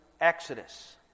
Exodus